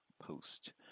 post